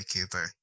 Cooper